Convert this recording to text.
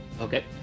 Okay